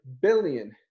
billion